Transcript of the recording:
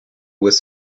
with